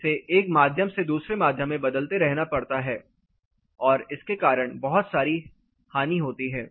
इसे एक माध्यम से दूसरे माध्यम में बदलते रहना पड़ता है और इसके कारण बहुत सारी हानी होती हैं